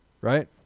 right